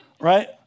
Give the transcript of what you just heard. right